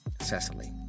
Cecily